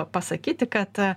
pasakyti kad